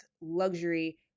luxury